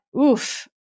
oof